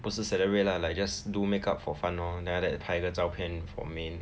不是 celebrate lah like just do make up for fun lor then after that 拍一个照片 for main